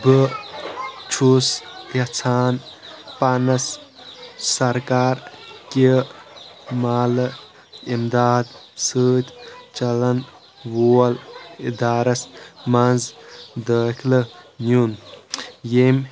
بہٕ چھُس یژھان پانَس سرکار کہِ مالہٕ اِمداد سۭتۍ چلن وول اِدارَس منٛز دٲخلہٕ نیٛن ییٚمۍ